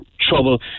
trouble